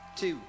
two